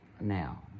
Now